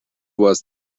was